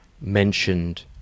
mentioned